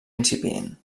incipient